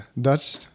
Dutch